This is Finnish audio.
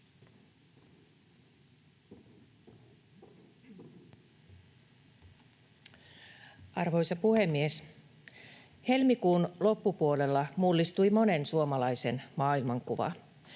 Arvoisa puhemies! Helmikuun loppupuolella mullistui monen suomalaisen maailmankuva.